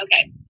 Okay